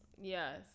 Yes